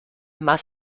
más